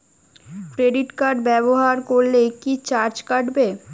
Credit card ব্যাবহার করলে কি চার্জ কাটবে?